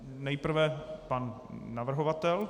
Nejprve pan navrhovatel.